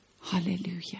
Hallelujah